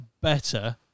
better